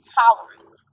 tolerant